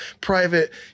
private